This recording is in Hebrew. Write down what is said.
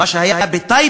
מה שהיה בטייבה,